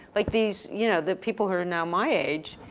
like these, you know, the people who are now my age,